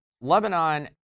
Lebanon